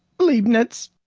leibnitz.